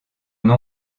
nom